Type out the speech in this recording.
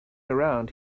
around